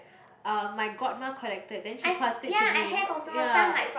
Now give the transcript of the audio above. uh my godma collected then she passed it to me ya